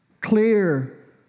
Clear